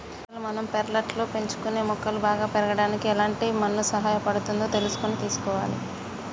అసలు మనం పెర్లట్లో పెంచుకునే మొక్కలు బాగా పెరగడానికి ఎలాంటి మన్ను సహాయపడుతుందో తెలుసుకొని తీసుకోవాలి